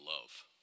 love